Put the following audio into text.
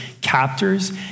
captors